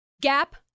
Gap